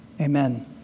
amen